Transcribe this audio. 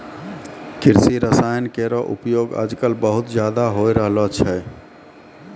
कृषि रसायन केरो उपयोग आजकल बहुत ज़्यादा होय रहलो छै